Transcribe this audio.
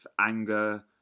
anger